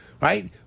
Right